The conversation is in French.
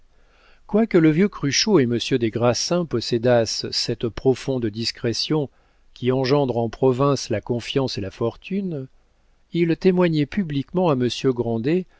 quoique le vieux cruchot et monsieur des grassins possédassent cette profonde discrétion qui engendre en province la confiance et la fortune ils témoignaient publiquement à